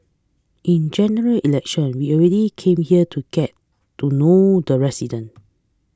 in General Election we've already come here to get to know the resident